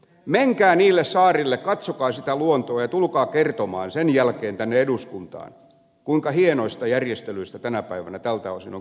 menkää niille saarille katsokaa sitä luontoa ja tulkaa kertomaan sen jälkeen tänne eduskuntaan kuinka hienoista järjestelyistä tänä päivänä tältä osin on kysymys